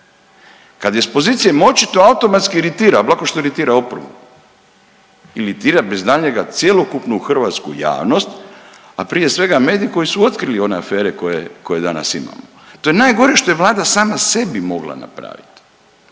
kad je s pozicije moći to automatski iritira, lako što iritira oporbu, iritira bez daljnjega cjelokupnu hrvatsku javnost, a prije svega medije koji su otkrili one afere koje, koje danas imamo, to je najgore što je Vlada sama sebi mogla napraviti,